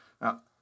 Now